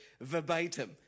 verbatim